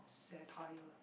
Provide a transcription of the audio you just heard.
satire